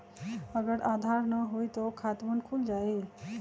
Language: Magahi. अगर आधार न होई त खातवन खुल जाई?